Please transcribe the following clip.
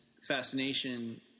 fascination